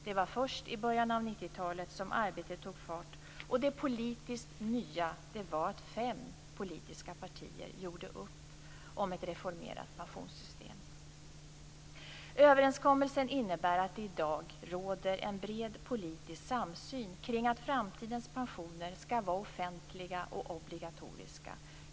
Det var först i början på 90-talet som arbetet tog fart, och det politiskt nya var att fem politiska partier gjorde upp om ett reformerat pensionssystem. Överenskommelsen innebär att det i dag råder en bred politisk samsyn kring att framtidens pensioner skall vara offentliga och obligatoriska.